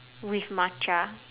with matcha